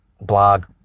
blog